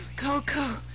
Coco